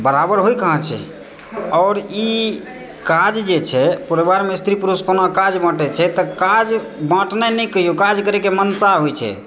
बराबर होइ कहाँ छै आओर ई काज जे छै परिवारमे स्त्री पुरुष कोना काज बाँटय छै तऽ काज बाँटना नहि कहिऔ काज करयके मनसा होइत छै